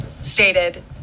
stated